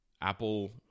Apple